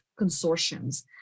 consortiums